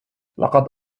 لقد